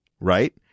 right